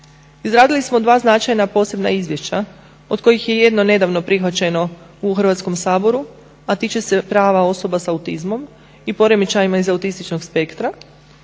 Izradili smo dva značajna posebna izvješća od kojih je jedno nedavno prihvaćeno u Hrvatskom saboru, a tiče se prava osoba sa autizmom i poremećajima iz autističnog spektra,